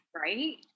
right